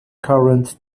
current